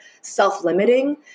self-limiting